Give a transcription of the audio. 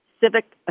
civic